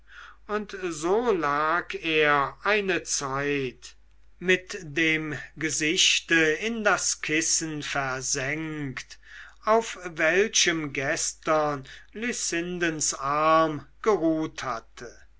und so lag er eine zeit mit dem gesichte in das kissen versenkt auf welchem gestern lucindens arm geruht hatte